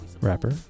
rapper